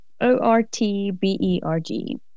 O-R-T-B-E-R-G